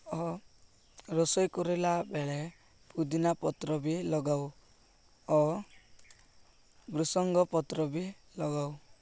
ଓ ରୋଷେଇ କରିଲା ବେଳେ ପୁଦିନା ପତ୍ର ବି ଲଗାଉ ଓ ଭୃସଙ୍ଗ ପତ୍ର ବି ଲଗାଉ